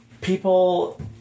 people